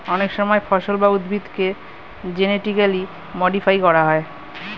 অনেক সময় ফসল বা উদ্ভিদকে জেনেটিক্যালি মডিফাই করা হয়